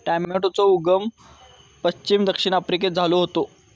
टॉमेटोचो उगम पश्चिम दक्षिण अमेरिकेत झालो होतो